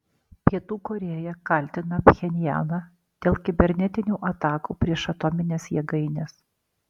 pietų korėja kaltina pchenjaną dėl kibernetinių atakų prieš atomines jėgaines